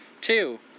Two